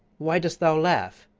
why dost thou laugh?